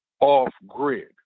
off-grid